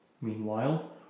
Meanwhile